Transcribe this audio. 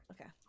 Okay